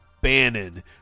Bannon